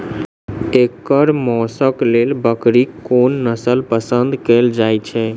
एकर मौशक लेल बकरीक कोन नसल पसंद कैल जाइ छै?